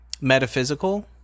metaphysical